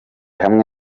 hamwe